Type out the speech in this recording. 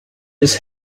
his